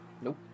Nope